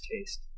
taste